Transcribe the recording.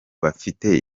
bafite